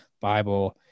Bible